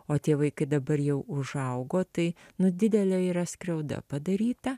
o tie vaikai dabar jau užaugo tai nu didelė yra skriauda padaryta